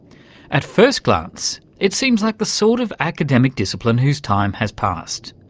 at first glance it seems like the sort of academic discipline whose time has passed.